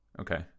Okay